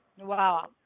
Wow